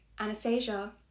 Anastasia